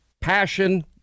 passion